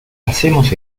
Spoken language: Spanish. hacemos